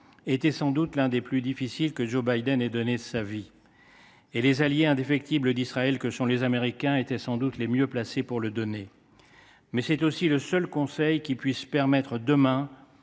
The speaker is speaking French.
était sans doute l’un des plus difficiles que Joe Biden ait donnés de toute sa vie. Les alliés indéfectibles d’Israël que sont les Américains étaient sans doute les mieux placés pour le donner. Mais c’est aussi le seul conseil qui puisse demain